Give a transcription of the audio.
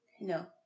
No